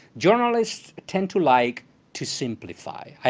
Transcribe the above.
journalists tend to like to simplify.